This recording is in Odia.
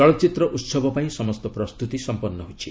ଚଳଚ୍ଚିତ୍ର ଉତ୍ସବ ପାଇଁ ସମସ୍ତ ପ୍ରସ୍ତୁତି ସମ୍ପନ୍ନ ହୋଇଛି